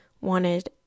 wanted